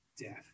death